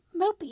mopey